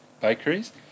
bakeries